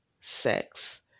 sex